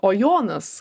o jonas